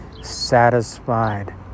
satisfied